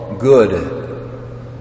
Good